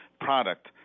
product